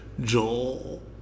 Joel